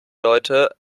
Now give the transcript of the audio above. leute